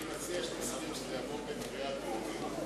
אני מציע שתסכים שזה יעבור בקריאה טרומית,